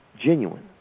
genuine